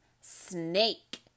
snake